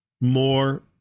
more